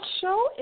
show